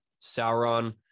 sauron